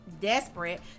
desperate